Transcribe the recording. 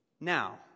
Now